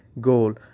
goal